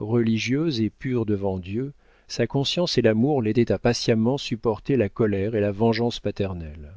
religieuse et pure devant dieu sa conscience et l'amour l'aidaient à patiemment supporter la colère et la vengeance paternelles